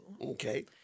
Okay